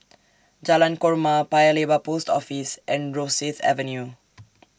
Jalan Korma Paya Lebar Post Office and Rosyth Avenue